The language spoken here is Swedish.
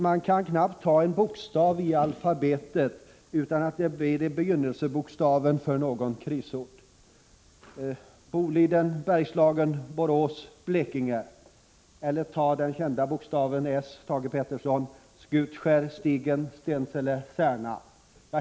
Man kan knappt ta en bokstav i alfabetet utan att det är en begynnelsebokstav i namnet på någon krisort eller något krisområde: Boliden, Bergslagen, Borås, Blekinge. Eller ta den kända bokstaven s, Thage Peterson: Skutskär, Stigen, Stensele, Särna.